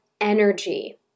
energy